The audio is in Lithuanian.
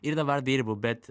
ir dabar dirbu bet